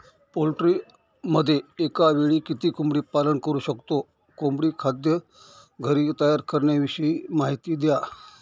पोल्ट्रीमध्ये एकावेळी किती कोंबडी पालन करु शकतो? कोंबडी खाद्य घरी तयार करण्याविषयी माहिती द्या